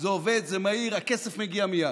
זה עובד, זה מהיר, הכסף מגיע מייד.